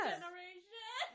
generation